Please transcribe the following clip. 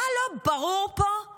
מה פה לא ברור לממשלות,